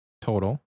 total